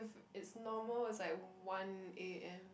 it's normal it's like one a_m